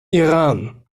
iran